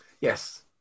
Yes